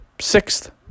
sixth